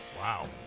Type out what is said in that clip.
Wow